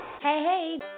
Hey